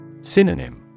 Synonym